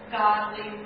godly